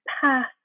path